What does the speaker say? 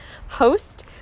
host